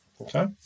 okay